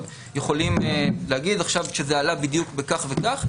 יכולים להגיד שזה עלה בדיוק בכך וכך,